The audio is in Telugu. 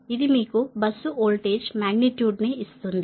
ఇది మీకు బస్సు వోల్టేజ్ మాగ్నిట్యూడ్ని ఇస్తుంది